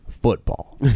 football